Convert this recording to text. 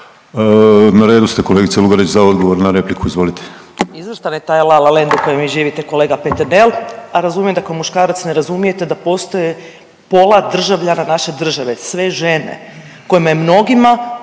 Na redu ste kolegice Lugarić za odgovor na repliku, izvolite. **Lugarić, Marija (SDP)** Izvrstan je taj „la, la land“ u kojem vi živite kolega Peternel, a razumijem da kao muškarac ne razumijete da postoje pola državljana naše države, sve žene kojima je mnogima